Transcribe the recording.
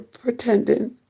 pretending